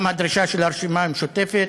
גם הדרישה של הרשימה המשותפת,